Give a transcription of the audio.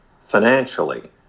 financially